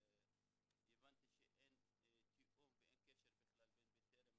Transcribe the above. הבנתי שאין תיאום ואין קשר בכלל בין 'בטרם'